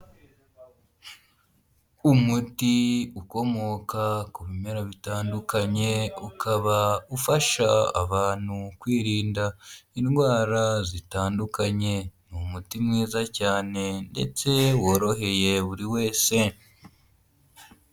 Umuti ukomoka ku bimera bitandukanye ukaba ufasha abantu kwirinda indwara zitandukanye, ni umuti mwiza cyane ndetse woroheye buri wese.